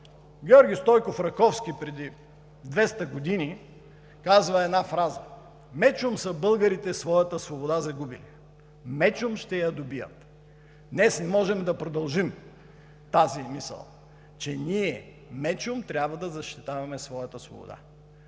Георги Стойков Раковски преди 200 години казва една фраза: „Мечом са българите своята свобода загубили, мечом ще я добият.“ Днес можем да продължим тази мисъл, че ние мечом трябва да защитаваме своята свобода.